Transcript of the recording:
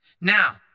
Now